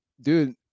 dude